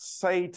say